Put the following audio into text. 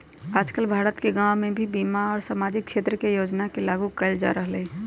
आजकल भारत के गांव में भी बीमा और सामाजिक क्षेत्र के योजना के लागू कइल जा रहल हई